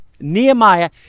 Nehemiah